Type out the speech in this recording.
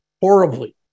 horribly